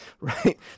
right